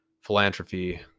philanthropy